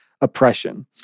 oppression